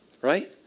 right